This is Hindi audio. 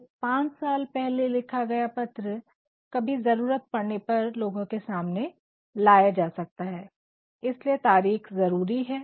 एक पांच साल पहले लिखा गया पत्र कभी ज़रुरत पड़ने पर लोगो के सामने लाया जा सकता है इसलिए तारिख ज़रूरी है